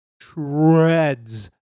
treads